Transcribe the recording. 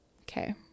okay